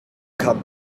come